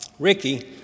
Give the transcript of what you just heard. Ricky